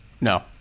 No